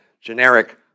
generic